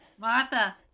Martha